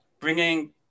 bringing